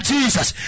Jesus